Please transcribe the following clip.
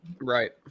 right